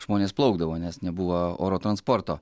žmonės plaukdavo nes nebuvo oro transporto